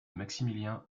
maximilien